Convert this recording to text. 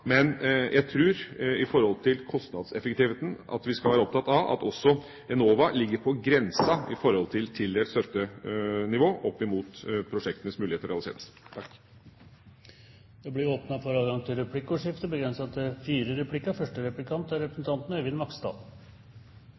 Men jeg tror at vi når det gjelder kostnadseffektivitet, skal være opptatt av at også Enova ligger på grensen i forhold til tildelt støttenivå oppimot prosjektenes muligheter til å bli realisert. Det blir åpnet for